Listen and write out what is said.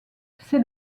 c’est